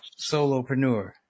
Solopreneur